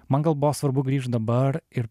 man gal buvo svarbu grįžt dabar ir